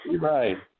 Right